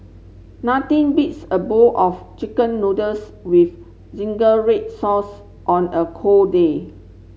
nothing beats a bowl of chicken noodles with zingy red sauce on a cold day